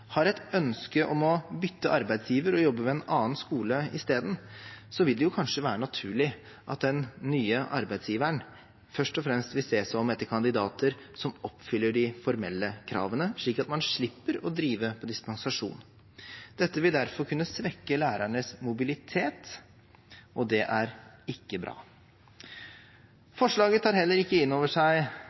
har et ønske om å bytte arbeidsgiver og jobbe ved en annen skole isteden, vil det kanskje være naturlig at den nye arbeidsgiveren først og fremst vil se seg om etter kandidater som oppfyller de formelle kravene, slik at man slipper å drive på dispensasjon. Dette vil derfor kunne svekke lærernes mobilitet, og det er ikke bra. Forslaget tar heller ikke inn over seg